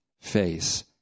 face